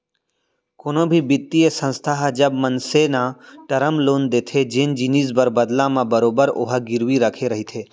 कोनो भी बित्तीय संस्था ह जब मनसे न टरम लोन देथे जेन जिनिस बर बदला म बरोबर ओहा गिरवी रखे रहिथे